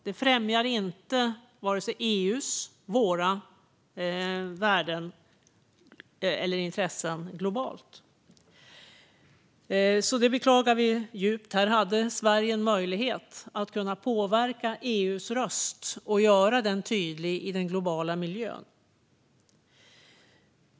Det främjar inte vare sig EU:s eller Sveriges värden och intressen globalt sett. Detta beklagar vi djupt. Här hade Sverige en möjlighet att påverka EU:s röst och göra den tydlig i den globala miljön.